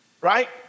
Right